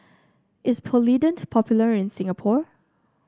is Polident popular in Singapore